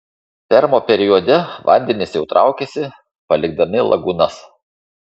permo periode vandenys jau traukiasi palikdami lagūnas